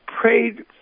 prayed